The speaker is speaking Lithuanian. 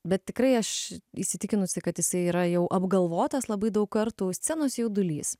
bet tikrai aš įsitikinusi kad jisai yra jau apgalvotas labai daug kartų scenos jaudulys